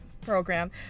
program